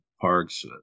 Parks